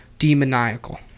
demoniacal